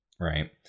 Right